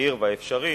המהיר האפשרי